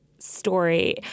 story